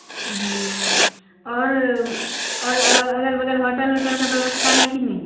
और और अ अगल बगल होटल वोटल का व्यवस्था है कि नहीं